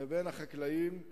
לבין החקלאים,